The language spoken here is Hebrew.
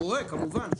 מורה, כמובן.